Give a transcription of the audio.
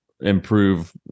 improve